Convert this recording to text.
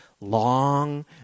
long